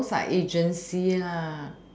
those are agency lah